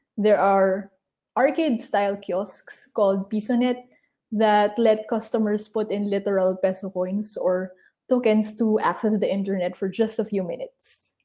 there are arcade style kiosks called pisonet that let customers put in literal peso so coins or tokens to access the internet for just a few minutes.